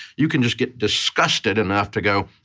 you can just get disgusted enough to go,